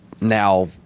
now